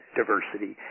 diversity